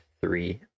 three